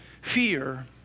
fear